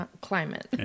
climate